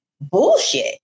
bullshit